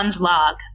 log